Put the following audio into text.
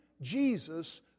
Jesus